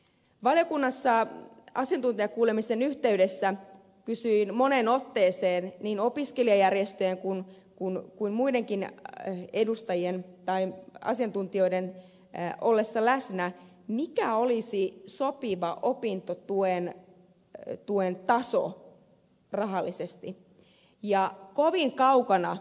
valiokunnassa asiantuntijakuulemisen yhteydessä kysyin moneen otteeseen niin opiskelijajärjestöjen kuin muidenkin edustajien tai asiantuntijoiden ollessa läsnä mikä olisi sopiva opintotuen taso rahallisesti